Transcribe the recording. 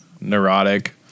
neurotic